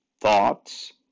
thoughts